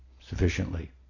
sufficiently